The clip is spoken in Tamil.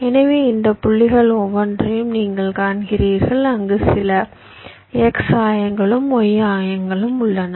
எனவே இந்த புள்ளிகள் ஒவ்வொன்றையும் நீங்கள் காண்கிறீர்கள் அங்கு சில x ஆயங்களும் y ஆயங்களும் உள்ளன